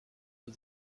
für